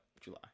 July